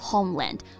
Homeland